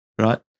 right